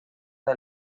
del